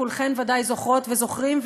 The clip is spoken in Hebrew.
כולכם ודאי זוכרות וזוכרים,